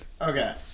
Okay